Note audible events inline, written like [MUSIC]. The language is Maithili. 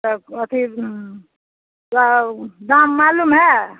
अथी [UNINTELLIGIBLE] दाम मालूम हए